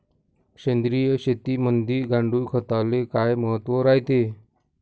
सेंद्रिय शेतीमंदी गांडूळखताले काय महत्त्व रायते?